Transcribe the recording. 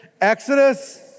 Exodus